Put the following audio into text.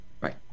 Right